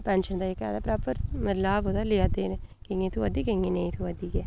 pension दा proper लाभ लेआ दे न केइयें गी थ्होआ दी केइयें गी नेईं थ्होआ दी ऐ